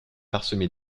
parsemé